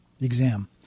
exam